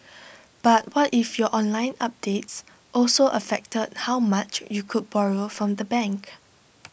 but what if your online updates also affected how much you could borrow from the bank